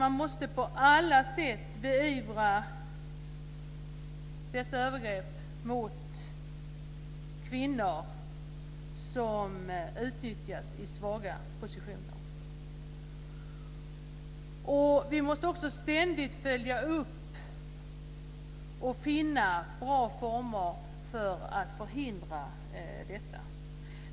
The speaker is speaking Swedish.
Man måste på alla sätt beivra dessa övergrepp mot kvinnor i svaga positioner. Vi måste ständigt följa upp och finna bra former för att förhindra det.